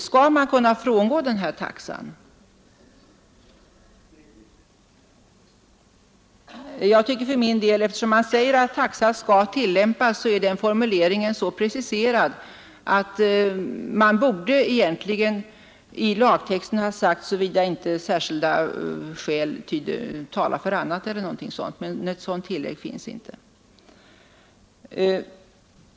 Skall man kunna frångå den fastställda Onsdagen den faxant 24 maj 1972 Jag tycker för min del att formuleringen taxa ”skall tillämpas” är — SS ——— alltför preciserad, att man egentligen i lagtexten borde ha tillagt ”såvida Förslag till rättsinte särskilda skäl talar för annat” e. d. hjälpslag m.m.